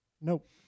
nope